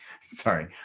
Sorry